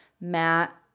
Matt